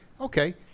okay